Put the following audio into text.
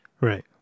Right